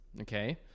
okay